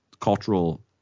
cultural